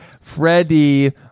Freddie